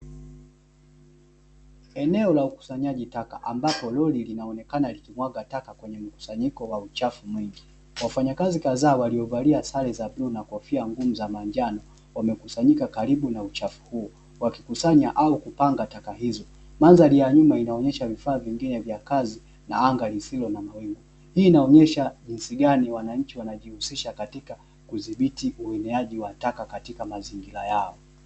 Eneo la ukusanyaji taka ambapo lori linaonekana likimwaga taka kwenye mkusanyiko wa uchafu mwingi, wafanyakazi kadhaa waliovalia sare za bluu na kofia ngumu za manjano wamekusanyika karibu na uchafu huu wakikusanya au kupanga taka hizo. Mandhari ya nyuma inaonyesha vifaa vingine vya kazi na anga lisilo na mawingu, hii inaonyesha jinsi gani wananchi wanajihusisha katika kudhibiti ueneaji wa taka katika mazingira yao.